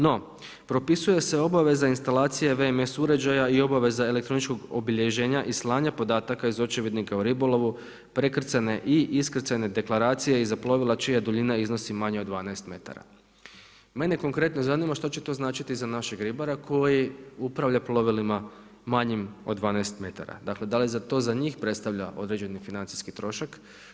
No, propisuje se obaveza instalacije VMS uređaja i obaveza elektroničkog obilježenja i slanja podataka iz očevidnika o ribolovu, prekrcajne i iskrcajne deklaracije i za plovila čija duljina iznosi manje od 12 m. Mene konkretno zanima što će to značiti za našeg ribara koji upravlja plovilima manjim od 12 m. Dakle, da li to za njih predstavlja određeni financijski trošak?